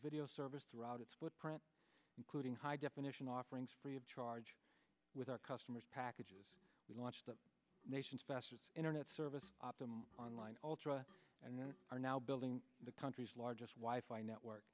video service throughout its footprint including high definition offerings free of charge with our customers packages we launched the nation's best internet service optimum online ultra and then are now building the country's largest wife i network